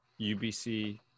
ubc